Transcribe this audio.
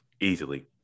easily